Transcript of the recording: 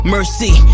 Mercy